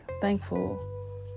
thankful